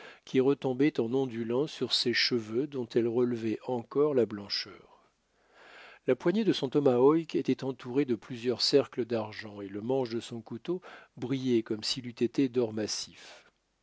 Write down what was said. qui retombaient en ondulant sur ses cheveux dont elles relevaient encore la blancheur la poignée de son tomahawk était entourée de plusieurs cercles d'argent et le manche de son couteau brillait comme s'il eût été d'or massif